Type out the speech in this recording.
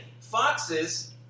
Foxes